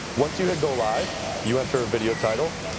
once you hit go live, you enter a video title.